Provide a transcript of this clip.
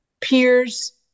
peers